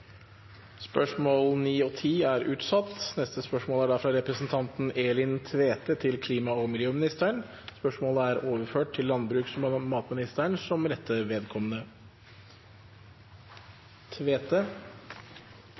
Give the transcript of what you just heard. er bortreist. Dette spørsmålet er utsatt til neste spørretime, da samferdselsministeren er bortreist. Dette spørsmålet, fra representanten Elin Tvete til klima- og miljøministeren, er overført til landbruks- og matministeren